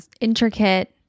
intricate